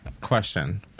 Question